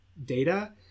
Data